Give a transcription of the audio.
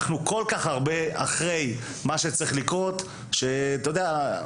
אנחנו כל כך הרבה אחרי מה שצריך לקרות - אתה יודע,